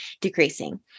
decreasing